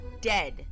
dead